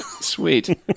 sweet